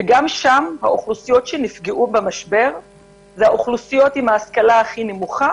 וגם שם האוכלוסיות שנפגעו במשבר הן האוכלוסיות עם ההשכלה הכי נמוכה